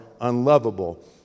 unlovable